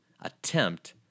attempt